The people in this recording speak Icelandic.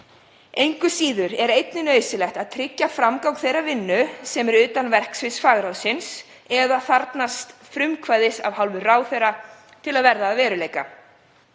Engu síður er einnig nauðsynlegt að tryggja framgang þeirrar vinnu sem er utan verksviðs fagráðsins, eða þarfnast frumkvæðis af hálfu ráðherra til að verða að veruleika.